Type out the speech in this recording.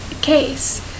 case